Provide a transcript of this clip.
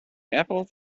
apples